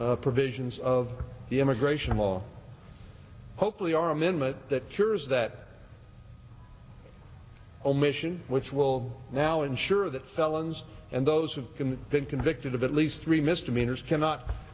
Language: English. us provisions of the immigration law hopefully our amendment that cures that omission which will now ensure that felons and those have been been convicted of at least three misdemeanors cannot